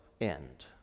end